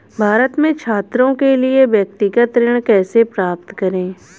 भारत में छात्रों के लिए व्यक्तिगत ऋण कैसे प्राप्त करें?